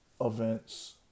Events